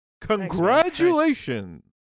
congratulations